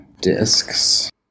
discs